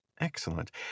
excellent